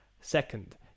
Second